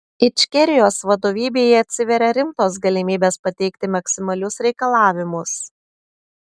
ičkerijos vadovybei atsiveria rimtos galimybės pateikti maksimalius reikalavimus